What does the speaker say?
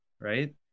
right